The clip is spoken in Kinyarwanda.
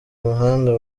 muhanda